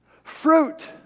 Fruit